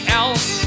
else